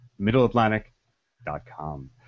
middleatlantic.com